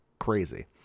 crazy